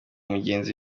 mugenzi